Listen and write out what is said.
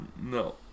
No